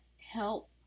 help